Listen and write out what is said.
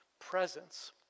presence